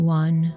one